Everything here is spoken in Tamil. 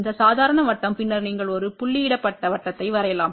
இந்த சாதாரண வட்டம் பின்னர் நீங்கள் ஒரு புள்ளியிடப்பட்ட வட்டத்தை வரையலாம்